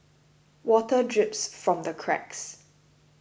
water drips from the cracks